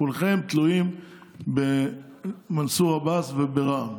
כולכם תלויים במנסור עבאס וברע"מ,